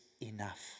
enough